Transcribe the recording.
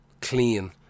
clean